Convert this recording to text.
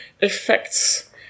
effects